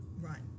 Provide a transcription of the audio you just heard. Right